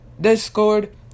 Discord